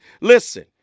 Listen